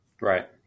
right